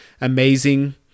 amazing